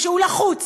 כשהוא לחוץ,